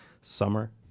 summer